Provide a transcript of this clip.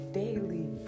daily